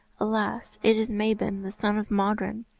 alas, it is mabon, the son of modron,